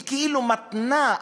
כאילו מַתנה,